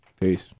Peace